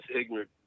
ignorant